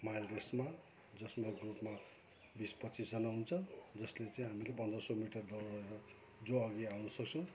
मायल रेसमा जसमा ग्रुपमा बिस पच्चिसजना हुन्छ जसले चाहिँ हामीले पन्ध्र सय मिटर दौडेर जो अघि आउन सक्छ